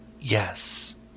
Yes